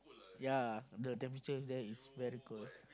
ya the temperature there is very cold